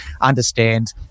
understand